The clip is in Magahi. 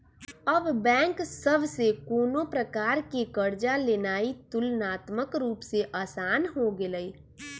अब बैंक सभ से कोनो प्रकार कें कर्जा लेनाइ तुलनात्मक रूप से असान हो गेलइ